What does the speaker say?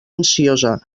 ansiosa